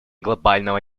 глобального